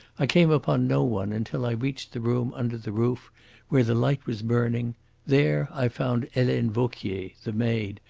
i came upon no one until i reached the room under the roof where the light was burning there i found helene vauquier, the maid,